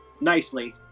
nicely